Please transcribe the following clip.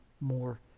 more